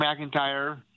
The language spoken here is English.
McIntyre